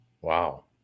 Wow